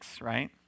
right